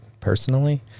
personally